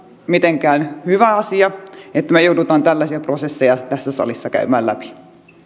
mitenkään hyvä asia että me joudumme tällaisia prosesseja tässä salissa käymään läpi